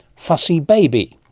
fussy baby,